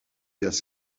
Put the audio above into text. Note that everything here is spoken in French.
gaz